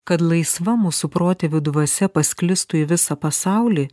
kad laisva mūsų protėvių dvasia pasklistų į visą pasaulį